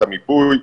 את המיפוי,